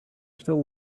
still